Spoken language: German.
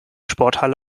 sporthalle